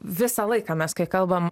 visą laiką mes kai kalbam